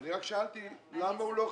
אני רק שאלתי למה הוא לא חתם.